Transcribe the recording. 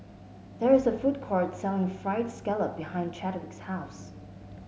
there is a food court selling fried scallop behind Chadwick's house